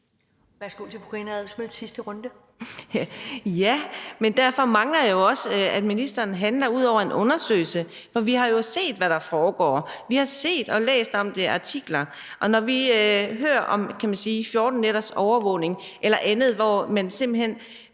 13:47 Karina Adsbøl (DF): Men derfor mangler jeg jo også at høre, at ministeren handler – ud over en undersøgelse. For vi har jo set, hvad der foregår. Vi har set det og læst om det i artikler. Vi hører om 14 nætters overvågning eller andet, hvor man simpelt hen